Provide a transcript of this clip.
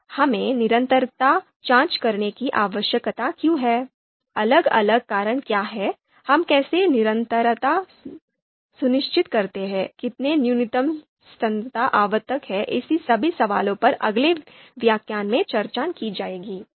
तो हमें निरंतरता जांच करने की आवश्यकता क्यों है अलग अलग कारण क्या हैं हम कैसे निरंतरता सुनिश्चित करते हैं कितनी न्यूनतम स्थिरता आवश्यक है इन सभी सवालों पर अगले व्याख्यान में चर्चा की जाएगी